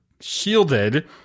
shielded